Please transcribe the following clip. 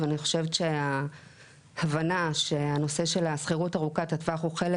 ואני חושבת שההבנה שהנושא של השכירות ארוכת הטווח הוא חלק